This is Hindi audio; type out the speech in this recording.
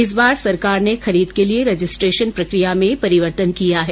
इस बार सरकार ने खरीद के लिए रजिस्ट्रेशन प्रक्रिया में परिवर्तन किया है